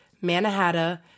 Manhattan